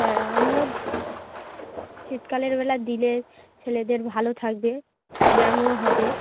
হ্যাঁ আমিও তো শীতকালের বেলা দিলে ছেলেদের ভালো থাকবে ব্যায়ামও হবে